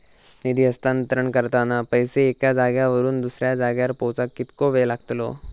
निधी हस्तांतरण करताना पैसे एक्या जाग्यावरून दुसऱ्या जाग्यार पोचाक कितको वेळ लागतलो?